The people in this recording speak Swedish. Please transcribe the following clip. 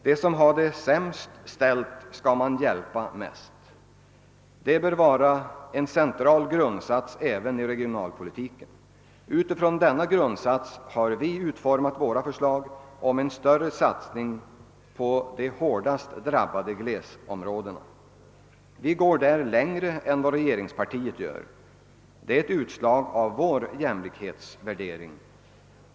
Dem som har det sämst ställt skall man hjälpa mest. Det bör vara en central grundsats även i regionalpolitiken. Utifrån denna grundsats har vi utformat våra förslag om en större satsning på de hårdast drabbade glesbygdsområdena. Vi går där längre än vad regeringspartiet gör. Det är ett utslag av vår jämlikhetsvärdering.